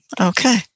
Okay